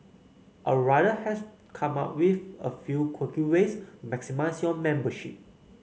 our writer has come up with a few quirky ways to maximise your membership